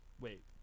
Wait